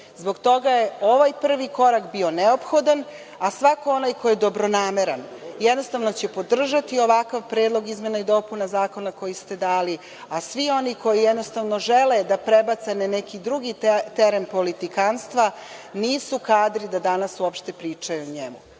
Zbog toga je ovaj prvi korak bio neophodan, a svako onaj ko je dobronameran jednostavno će podržati ovakav predlog izmena i dopuna zakona koji ste dali, a svi oni koji jednostavno žele da prebace na neki drugi teren politikanstva nisu kadri da danas uopšte pričaju o njemu.